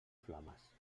flames